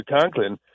Conklin